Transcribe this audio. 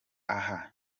aha